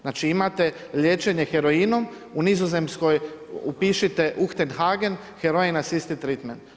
Znači imate liječenje heroinom u Nizozemskoj upišite uchtenhagen heroina system treatment.